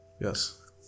Yes